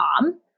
mom